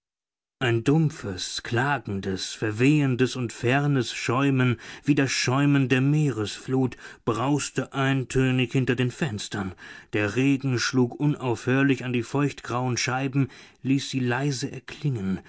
ein dumpfes klagendes verwehendes und fernes schäumen wie das schäumen der meeresflut brauste eintönig hinter den fenstern der regen schlug unaufhörlich an die feuchtgrauen scheiben ließ sie leise erklingen